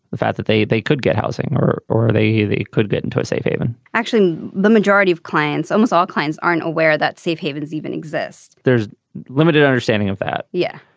the fact that they they could get housing or or they they could get into a safe haven actually the majority of clients almost all clients aren't aware that safe havens even exist there's limited understanding of that. yeah.